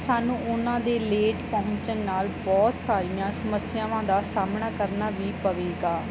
ਸਾਨੂੰ ਉਹਨਾਂ ਦੇ ਲੇਟ ਪਹੁੰਚਣ ਨਾਲ ਬਹੁਤ ਸਾਰੀਆਂ ਸਮੱਸਿਆਵਾਂ ਦਾ ਸਾਹਮਣਾ ਕਰਨਾ ਵੀ ਪਵੇਗਾ